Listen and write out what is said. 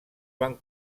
van